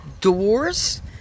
doors